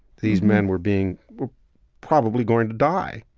these men were being probably going to die,